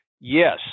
Yes